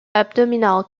abdominal